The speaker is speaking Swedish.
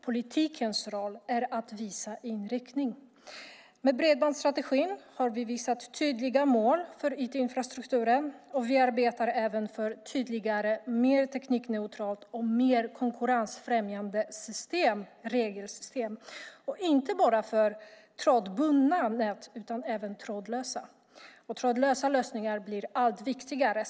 Politikens roll är att visa inriktningen. Med bredbandsstrategin har vi satt tydliga mål för IT-infrastrukturen. Vi arbetar även för ett tydligare, mer teknikneutralt och mer konkurrensfrämjande regelsystem, inte bara för trådbundna nät utan även trådlösa. Och trådlösa lösningar blir allt viktigare.